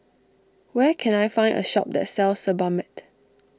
where can I find a shop that sells Sebamed